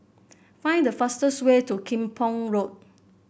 find the fastest way to Kim Pong Road